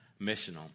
missional